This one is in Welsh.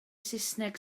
saesneg